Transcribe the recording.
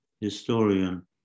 historian